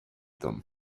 them